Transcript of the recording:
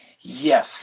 Yes